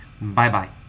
Bye-bye